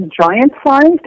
giant-sized